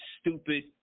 stupid